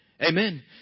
Amen